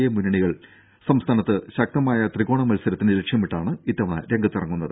A മുന്നണികൾ സംസ്ഥാനത്ത് ശക്തമായ ത്രികോണ മത്സരത്തിന് ലക്ഷ്യമിട്ടാണ് ഇത്തവണ രംഗത്തിറങ്ങുന്നത്